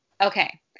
okay